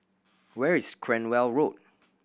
where is Cranwell Road